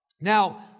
Now